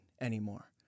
anymore